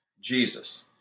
Jesus